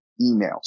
emails